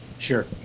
Sure